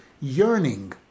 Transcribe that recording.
yearning